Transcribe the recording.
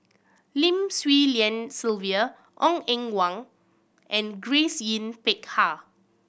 Lim Swee Lian Sylvia Ong Eng Guan and Grace Yin Peck Ha